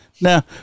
now